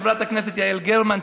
חברת הכנסת יעל גרמן,